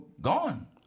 gone